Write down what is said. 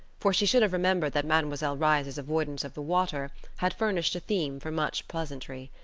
for she should have remembered that mademoiselle reisz's avoidance of the water had furnished a theme for much pleasantry.